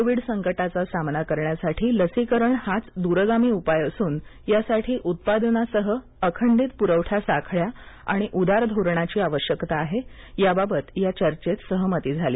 Covid संकटाचा सामना करण्यासाठी लसीकरण हाच दूरगामी उपाय असून यासाठी उत्पादनासह अखंडीत पुरवठा साखळ्या आणि उदार धोरणाची आवश्यकता आहे याबाबत या चर्चेत सहमती झाली